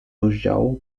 rozdziału